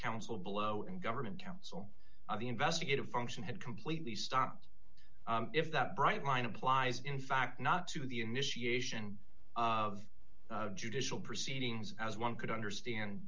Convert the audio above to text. counsel below and government counsel on the investigative function had completely stopped if that bright line applies in fact not to the initiation of judicial proceedings as one could understand